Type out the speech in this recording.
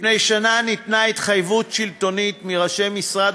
לפני שנה ניתנה התחייבות שלטונית מראשי משרד